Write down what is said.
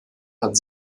hat